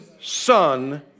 son